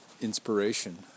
inspiration